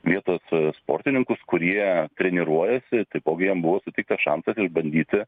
vietos sportininkus kurie treniruojasi taipogi buvo suteiktas šansas išbandyti